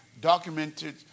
documented